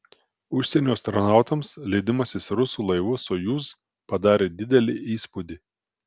užsienio astronautams leidimasis rusų laivu sojuz padarė didelį įspūdį